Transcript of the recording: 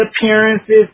appearances